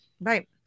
Right